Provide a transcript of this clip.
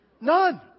none